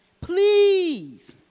Please